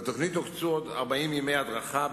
לתוכנית הוקצו 40 ימי הדרכה,